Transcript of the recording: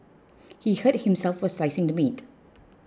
he hurt himself while slicing the meat